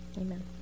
amen